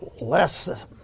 less